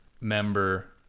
member